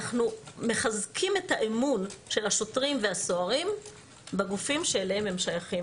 אנחנו מחזקים את האמון של השוטרים והסוהרים בגופים שאליהם הם שייכים.